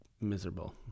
miserable